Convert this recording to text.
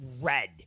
red